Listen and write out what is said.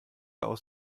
aus